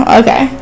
okay